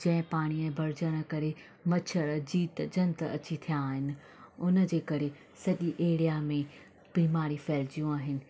जंहिं पाणीअ भरजण करे मछर जीत जंत अची थिया आहिनि उन जे करे सजी॒ एरिया में बीमारियूं फैलजियूं आहिनि